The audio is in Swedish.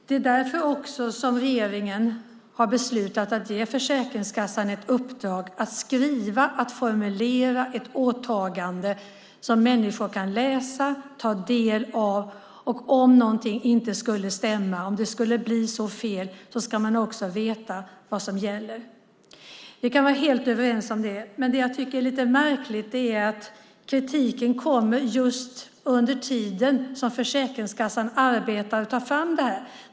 Det är därför som regeringen har beslutat att ge Försäkringskassan ett uppdrag att skriva, att formulera ett åtagande som människor kan läsa och ta del av. Om något inte skulle stämma, om det skulle bli fel, ska man också veta vad som gäller. Vi kan vara helt överens om det. Men det jag tycker är lite märkligt är att kritiken kommer just under tiden som Försäkringskassan arbetar och tar fram det här.